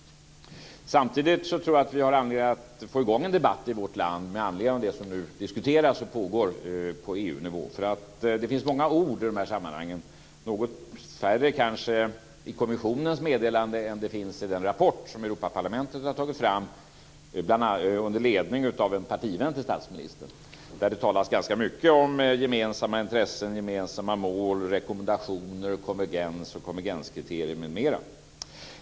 Samtidigt tror jag att vi har anledning att få i gång en debatt i vårt land med anledning av det som nu diskuteras och pågår på EU-nivå. Det finns många ord i de här sammanhangen, något färre kanske i kommissionens meddelande än i den rapport som Europaparlamentet har tagit fram under ledning av en partivän till statsministern. Där talas det ganska mycket om gemensamma intressen, gemensamma mål, rekommendationer och konvergenskriterier m.m.